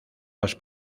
los